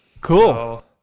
Cool